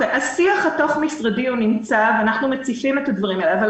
השיח התוך-משרדי נמצא ואנחנו מציפים את הדברים האלה.